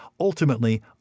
Ultimately